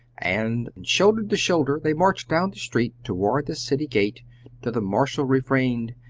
and, shoulder to shoulder, they marched down the street toward the city gate to the martial refrain,